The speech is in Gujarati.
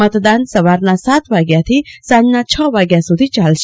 મતદાન સવારના સાત વાગ્યાથી સાંજના છ વાગ્યા સુધી ચાલશે